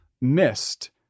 missed